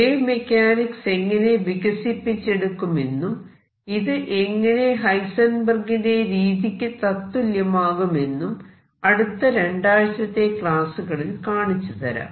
wave mechanics എങ്ങനെ വികസിപ്പിച്ചെടുക്കുമെന്നും ഇത് എങ്ങനെ ഹൈസെൻബെർഗിന്റെ രീതിയ്ക്ക് തത്തുല്യമാകുമെന്നും അടുത്ത രണ്ടാഴ്ചത്തെ ക്ലാസുകളിൽ കാണിച്ചു തരാം